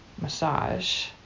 massage